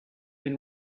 been